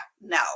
no